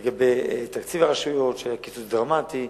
לגבי תקציב הרשויות, שהיה קיצוץ דרמטי: